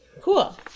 Cool